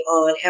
on